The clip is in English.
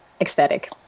ecstatic